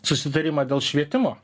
susitarimą dėl švietimo